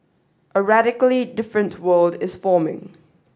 a radically different world is forming